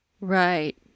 Right